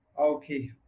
Okay